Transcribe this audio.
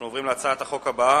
אנחנו עוברים להצעת חוק פרטית,